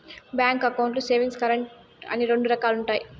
bank అకౌంట్లు savings, current అని రెండు రకాలుగా ఉంటాయి